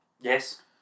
Yes